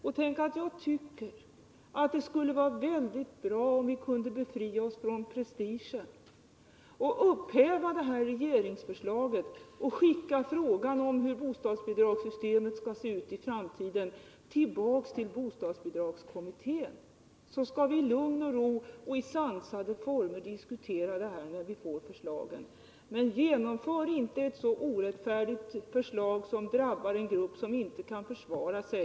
Jag tycker att det skulle vara väldigt bra om vi kunde befria oss från prestigen, upphäva det här regeringsförslaget och skicka frågan om hur bostadsbidragssystemet skall se ut i framtiden tillbaka till bostadsbidragskommittén. Då skulle vi i lugn och ro och under sansade former kunna diskutera det här när vi får ett nytt förslag. Men genomför inte ett så orättfärdigt förslag som detta, som drabbar en grupp som inte kan försvara sig!